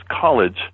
College